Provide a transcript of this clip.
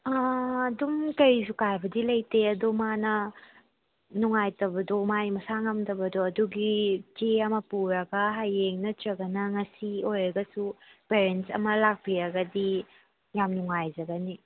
ꯑꯗꯨꯝ ꯀꯔꯤꯁꯨ ꯀꯥꯏꯕꯗꯤ ꯂꯩꯇꯦ ꯑꯗꯣ ꯃꯥꯅ ꯅꯨꯡꯉꯥꯏꯇꯕꯗꯣ ꯃꯥꯒꯤ ꯃꯁꯥ ꯉꯝꯗꯕꯗꯣ ꯑꯗꯨꯒꯤ ꯆꯦ ꯑꯃ ꯄꯨꯔꯒ ꯍꯌꯦꯡ ꯅꯠꯇ꯭ꯔꯒꯅ ꯉꯁꯤ ꯑꯣꯏꯔꯒꯁꯨ ꯄꯦꯔꯦꯟꯁ ꯑꯃ ꯂꯥꯛꯄꯤꯔꯒꯗꯤ ꯌꯥꯝ ꯅꯨꯡꯉꯥꯏꯖꯒꯅꯤ